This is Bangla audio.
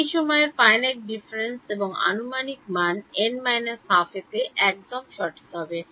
সেই সময়ের Finite Difference এবং আনুমানিক মান n ½ তে একদম ঠিক হবে